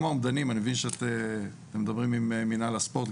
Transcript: אני מבין שאתם מדברים על מינהל הספורט,